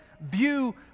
view